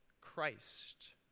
Christ